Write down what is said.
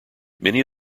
many